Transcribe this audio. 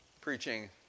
preaching